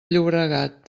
llobregat